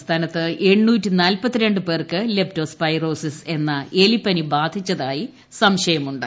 സംസ്ഥാനത്ത് എണ്ണൂറ്റി നാൽപ്പത്തിരണ്ട് പേർക്ക് ലെപ്റ്റോസ് ഫൈറോസിസ് എന്ന എലിപ്പനി ബാധിച്ചതായി സംശയുമുണ്ട്